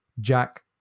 Jack